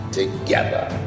together